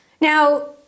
Now